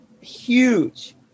Huge